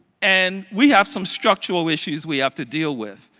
and we have some structural issues we have to deal with.